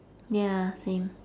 ya same